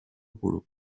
polo